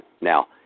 Now